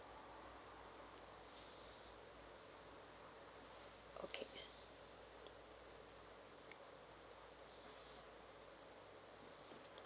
okay so